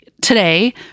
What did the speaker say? today